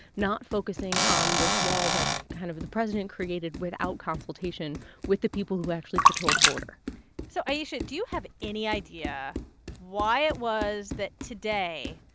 not focusing on this wall that kind of the president created without consultation with the people who actually patrol the border so, ayesha, do you have any idea why it was that, today,